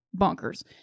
bonkers